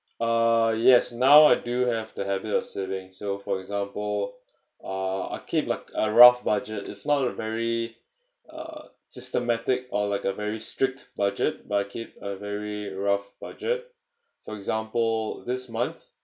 uh yes now I do have the habit of savings so for example uh I keep like a rough budget it's not a very uh systematic or like a very strict budget but I keep a very rough budget for example this month